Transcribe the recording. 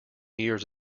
years